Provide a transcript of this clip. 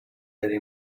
eddie